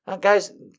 Guys